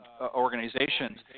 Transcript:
organizations